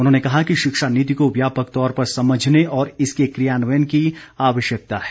उन्होंने कहा कि शिक्षा नीति को व्यापक तौर पर समझने और इसके कियान्वयन की आवश्यकता है